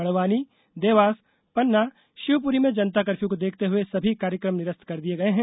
बड़वानी देवास पन्ना शिवपुरी में जनता कफ्यू को देखते हुए सभी कार्यक्रम निरस्त कर दिये गये हैं